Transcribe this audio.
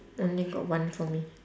only got one for me